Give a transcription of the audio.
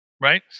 right